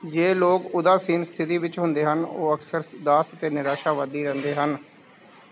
ਜੇ ਲੋਕ ਉਦਾਸੀਨ ਸਥਿਤੀ ਵਿੱਚ ਹੁੰਦੇ ਹਨ ਉਹ ਅਕਸਰ ਉਦਾਸ ਅਤੇ ਨਿਰਾਸ਼ਾਵਾਦੀ ਰਹਿੰਦੇ ਹਨ